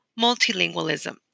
multilingualism